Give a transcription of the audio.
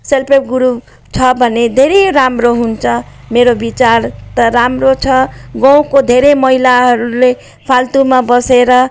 self-help group छ भने धेरै राम्रो हुन्छ मेरो विचार त राम्रो छ गाउँको धेरै महिलाहरूले फाल्टोमा बसेर